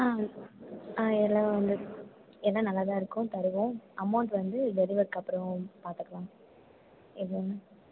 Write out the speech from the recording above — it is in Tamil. ஆ ஆ எல்லாம் வந்து எல்லாம் நல்லா தான் இருக்கும் தருவோம் அமௌண்ட் வந்து டெலிவரிக்கப்புறோம் பார்த்துக்கலாம் இது